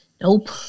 Nope